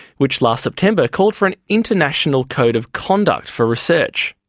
which last september called for an international code of conduct for research.